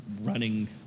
running